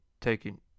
taking